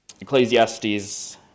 Ecclesiastes